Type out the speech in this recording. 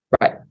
Right